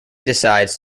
decides